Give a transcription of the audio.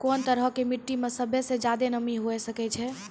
कोन तरहो के मट्टी मे सभ्भे से ज्यादे नमी हुये सकै छै?